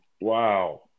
Wow